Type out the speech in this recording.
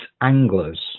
anglers